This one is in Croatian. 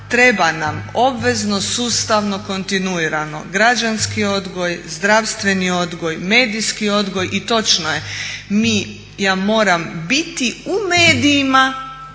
treba nam obvezno sustavno, kontinuirano građanski odgoj, zdravstveni odgoj, medijski odgoj i točno je mi ja moram biti u medijima